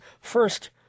first –